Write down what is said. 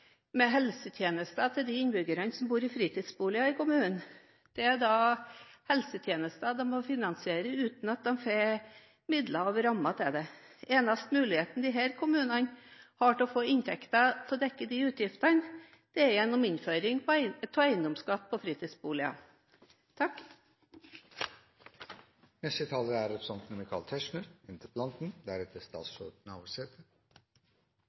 med helsetjenester til de innbyggerne som bor i fritidsboliger i kommunen. Det er helsetjenester de må finansiere uten at de får midler og rammer til det. Den eneste muligheten disse kommunene har til å få inntekter til å dekke disse utgiftene, er gjennom innføring av eiendomsskatt på fritidsboliger.